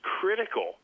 critical